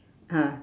ah